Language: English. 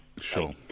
Sure